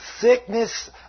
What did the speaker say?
sickness